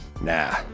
Nah